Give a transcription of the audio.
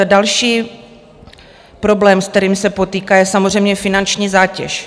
Další problém, s kterým se potýkají, je samozřejmě finanční zátěž.